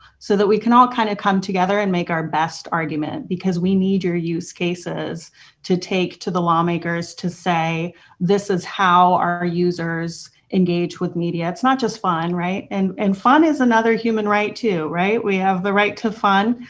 so that we can all kind of come together and make our best argument because we need your use cases to take to the lawmakers to say this is how our users engage with media. it's not just fun, right, and and fun is another human right too. we have the right to fun,